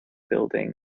building